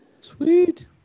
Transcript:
Sweet